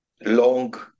long